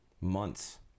months